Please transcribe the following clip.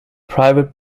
private